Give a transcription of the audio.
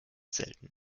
selten